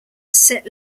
set